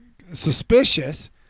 suspicious